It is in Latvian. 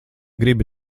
gribi